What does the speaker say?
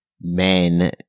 men